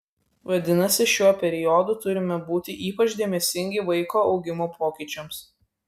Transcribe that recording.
vadinasi šiuo periodu turime būti ypač dėmesingi vaiko augimo pokyčiams